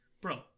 bro